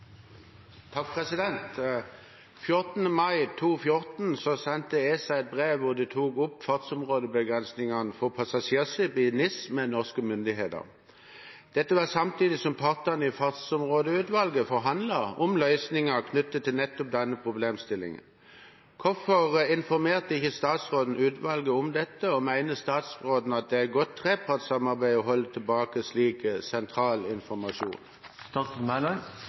mai 2014 sendte ESA et brev hvor de tok opp fartsområdebegrensningene for passasjerskip i NIS med norske myndigheter. Dette var samtidig som partene i Fartsområdeutvalget forhandlet om løsninger knyttet til nettopp denne problemstillingen. Hvorfor informerte ikke statsråden utvalget om dette, og mener statsråden at det er godt trepartssamarbeid å holde tilbake slik sentral informasjon?»